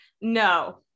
no